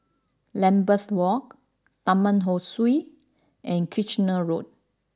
Lambeth Walk Taman Ho Swee and Kitchener Road